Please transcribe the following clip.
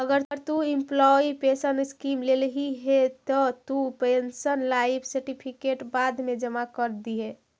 अगर तु employee pension scheme लेल्ही हे त तु पेंशनर लाइफ सर्टिफिकेट बाद मे जमा कर दिहें